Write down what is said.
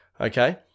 okay